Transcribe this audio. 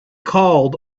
called